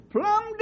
plum